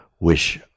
wish